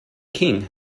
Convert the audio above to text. king